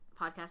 podcast